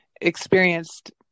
experienced